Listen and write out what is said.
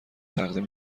تقدیم